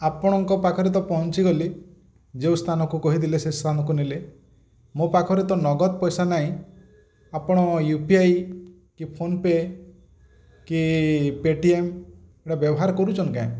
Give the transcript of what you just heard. ଆପଣଙ୍କ ପାଖରେ ତ ପହଞ୍ଚିଗଲି ଯେଉଁସ୍ଥାନକୁ କହିଥିଲେ ସେ ସ୍ଥାନକୁ ନେଲେ ମୋ ପାଖରେ ତ ନଗଦ ପଇସା ନାଇଁ ଆପଣ ୟୁ ପି ଆଇ କି ଫୋନ୍ ପେ କି ପେଟିଏମର ବ୍ୟବହାର କରୁଛନ୍ କେଁ